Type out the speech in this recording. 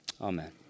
amen